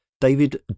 David